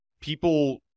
People